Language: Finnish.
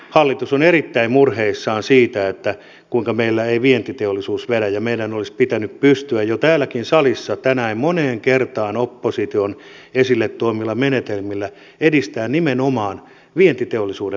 hallitus on erittäin murheissaan siitä kuinka meillä ei vientiteollisuus vedä ja meidän olisi pitänyt jo täälläkin salissa tänään moneen kertaan opposition esille tuomilla menetelmillä pystyä edistämään nimenomaan vientiteollisuuden mahdollisuuksia